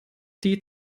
die